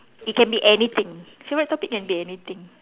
it can be anything favourite topic can be anything